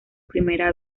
primera